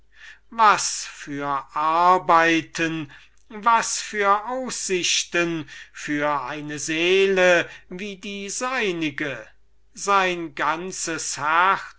was für arbeiten was für aussichten für eine seele wie die seinige sein ganzes herz